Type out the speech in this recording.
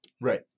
right